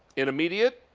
in immediate,